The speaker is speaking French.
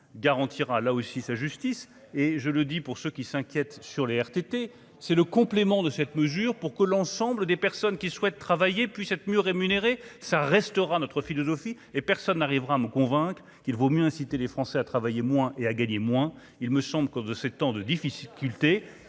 garantira là aussi sa justice et je le dis pour ceux qui s'hein. Enquête sur les RTT, c'est le complément de cette mesure pour que l'ensemble des personnes qui souhaitent travailler puissent être mieux rémunérés, ça restera notre philosophie et personne n'arrivera à me convaincre qu'il vaut mieux inciter les Français à travailler moins et à gagner moins, il me semble, de ces temps de difficultés,